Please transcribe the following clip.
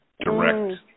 direct